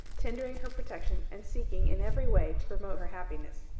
tendering her protection, and seeking in every way to promote her happiness.